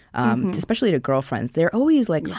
especially to girlfriends they're always like,